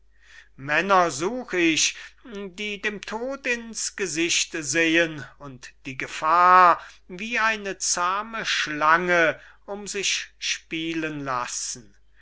männer such ich die dem tod in's gesicht sehen und die gefahr wie eine zahme schlange um sich spielen lassen